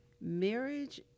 marriage